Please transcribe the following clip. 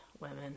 women